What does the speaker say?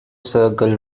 circle